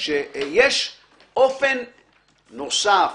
שיש אופן נוסף,